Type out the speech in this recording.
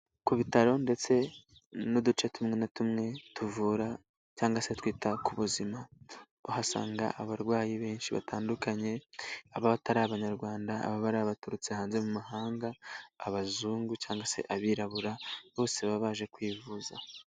Ku bitaro ndetse n'uduce tumwe na tumwe tuvura cyangwa se twita ku buzima uhasanga abarwayi benshi batandukanye, abatari abanyarwanda, ababa ari abaturutse hanze mu mahanga abazungu cyangwa se abirabura bose baba baje kwivuza.